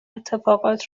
اتفاقات